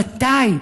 מתי?